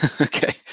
Okay